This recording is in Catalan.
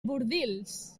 bordils